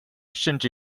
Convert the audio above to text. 甚至